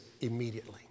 immediately